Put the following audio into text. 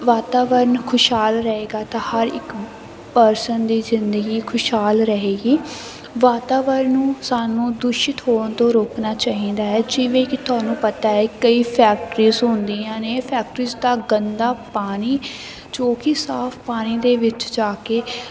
ਵਾਤਾਵਰਨ ਖੁਸ਼ਹਾਲ ਰਹੇਗਾ ਤਾਂ ਹਰ ਇੱਕ ਪਰਸਨ ਦੀ ਜ਼ਿੰਦਗੀ ਖੁਸ਼ਹਾਲ ਰਹੇਗੀ ਵਾਤਾਵਰਨ ਨੂੰ ਸਾਨੂੰ ਦੂਸ਼ਿਤ ਹੋਣ ਤੋਂ ਰੋਕਣਾ ਚਾਹੀਦਾ ਹੈ ਜਿਵੇਂ ਕਿ ਤੁਹਾਨੂੰ ਪਤਾ ਹੈ ਕਈ ਫੈਕਟਰੀਸ ਹੁੰਦੀਆਂ ਨੇ ਫੈਕਟਰੀਸ ਦਾ ਗੰਦਾ ਪਾਣੀ ਜੋ ਕਿ ਸਾਫ ਪਾਣੀ ਦੇ ਵਿੱਚ ਜਾ ਕੇ